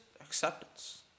acceptance